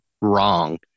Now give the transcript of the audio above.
wrong